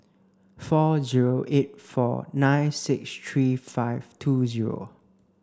four zero eight four nine six three five two zero